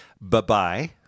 Bye-bye